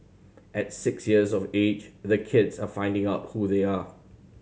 at six years of age the kids are finding out who they are